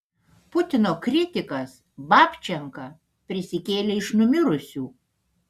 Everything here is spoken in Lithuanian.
putino kritikas babčenka prisikėlė iš numirusių